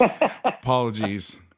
Apologies